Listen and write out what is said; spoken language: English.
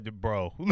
bro